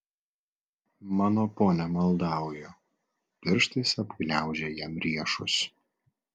mano pone maldauju pirštais apgniaužė jam riešus